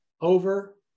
over